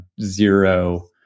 zero